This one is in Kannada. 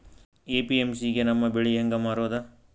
ಎ.ಪಿ.ಎಮ್.ಸಿ ಗೆ ನಮ್ಮ ಬೆಳಿ ಹೆಂಗ ಮಾರೊದ?